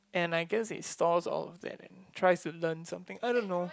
and I guess it stores all of that and tries to learn something I don't know